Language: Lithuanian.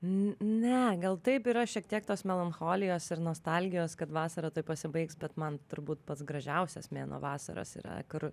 n ne gal taip yra šiek tiek tos melancholijos ir nostalgijos kad vasarą tai pasibaigs bet man turbūt pats gražiausias mėnuo vasaros yra kur